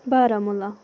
Baramulla